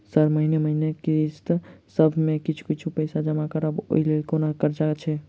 Sir महीने महीने किस्तसभ मे किछ कुछ पैसा जमा करब ओई लेल कोनो कर्जा छैय?